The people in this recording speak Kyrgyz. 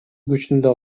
күчүндө